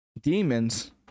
demons